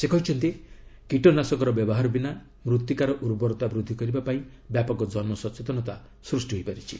ସେ କହିଛନ୍ତି କୀଟନାଶକର ବ୍ୟବହାର ବିନା ମୃତ୍ତିକାର ଉର୍ବରତା ବୃଦ୍ଧି କରିବା ପାଇଁ ବ୍ୟାପକ ଜନସଚେତନତା ସୃଷ୍ଟି ହୋଇଛି